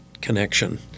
connection